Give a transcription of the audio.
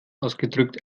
ausgedrückt